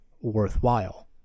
worthwhile